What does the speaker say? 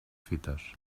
fites